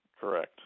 Correct